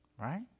Right